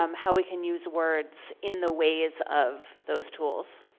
um how we can use words in the ways of those tools?